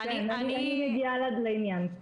אני מגיעה לעניין.